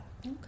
Okay